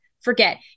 forget